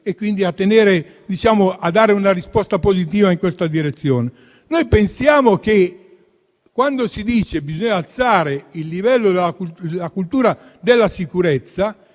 i temi e a dare una risposta positiva in questa direzione. Quando si dice che bisogna alzare il livello della cultura della sicurezza,